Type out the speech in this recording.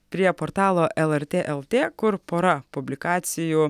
prie portalo lrt lt kur pora publikacijų